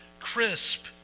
crisp